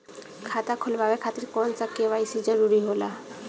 खाता खोलवाये खातिर कौन सा के.वाइ.सी जरूरी होला?